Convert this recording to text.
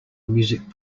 music